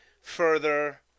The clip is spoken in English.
further